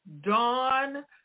Dawn